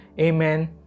amen